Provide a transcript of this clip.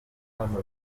bahawe